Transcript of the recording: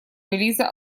релиза